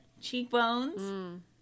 cheekbones